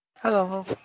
Hello